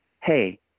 Hey